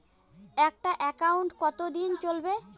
একটা একাউন্ট কতদিন চলিবে?